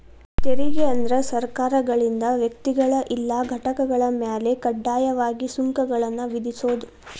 ತೆರಿಗೆ ಅಂದ್ರ ಸರ್ಕಾರಗಳಿಂದ ವ್ಯಕ್ತಿಗಳ ಇಲ್ಲಾ ಘಟಕಗಳ ಮ್ಯಾಲೆ ಕಡ್ಡಾಯವಾಗಿ ಸುಂಕಗಳನ್ನ ವಿಧಿಸೋದ್